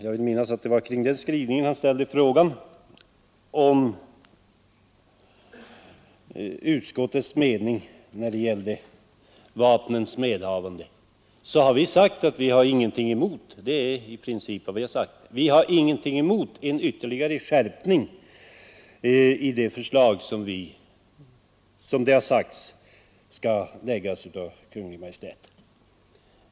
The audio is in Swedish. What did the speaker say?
Jag vill minnas att det var kring utskottets skrivning herr Lindberg ställde frågan om utskottsmajoritetens mening när det gällde vapens medhavande. Vi har i princip sagt att vi inte har någonting emot en ytterligare skärpning i det förslag som det har uppgivits att Kungl. Maj:t skall framlägga.